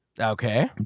Okay